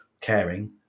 caring